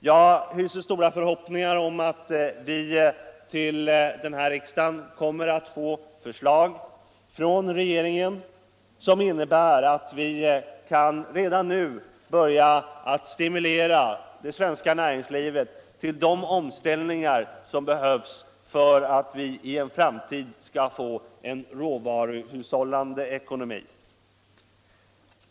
Jag hyser stora förhoppningar om att vi till riksdagen kommer att få förslag från regeringen, som innebär att vi redan nu kan börja stimulera det svenska näringslivet till de omställningar som behövs för aut vi i en framtid skall få en råvaruhushållande ekonomi.